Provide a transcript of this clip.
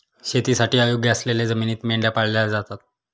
शेतीसाठी अयोग्य असलेल्या जमिनीत मेंढ्या पाळल्या जातात